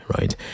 right